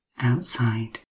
outside